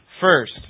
First